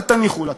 אל תניחו לתנ"ך,